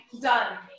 done